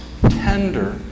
tender